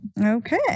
Okay